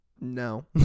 No